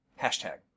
Hashtag